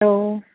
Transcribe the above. hello